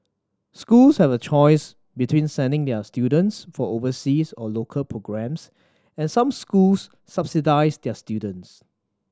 schools have a choice between sending their students for overseas or local programmes and some schools subsidise their students